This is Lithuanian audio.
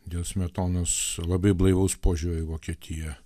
dėl smetonos labai blaivaus požiūrio į vokietiją